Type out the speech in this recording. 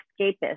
escapist